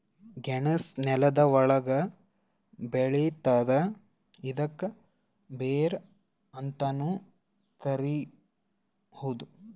ಗೆಣಸ್ ನೆಲ್ದ ಒಳ್ಗ್ ಬೆಳಿತದ್ ಇದ್ಕ ಬೇರ್ ಅಂತಾನೂ ಕರಿಬಹುದ್